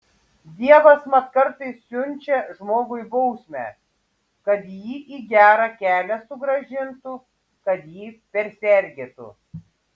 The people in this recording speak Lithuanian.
dievas mat kartais siunčia žmogui bausmę kad jį į gerą kelią sugrąžintų kad jį persergėtų